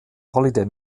holiday